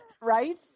Right